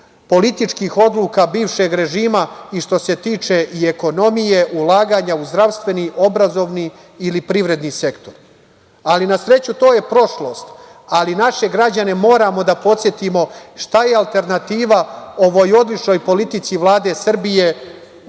pogrešnih odluka bivšeg režima i što se tiče i ekonomije, ulaganja u zdravstveni, obrazovani ili privredni sektor. Na sreću, to je prošlost, ali naše građane moramo da podsetimo šta je alternativa ovoj odličnoj politici Vlade Srbije,